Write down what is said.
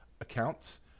accounts